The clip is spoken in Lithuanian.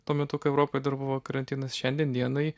tuo metu kai europoj dar buvo karantinas šiandien dienai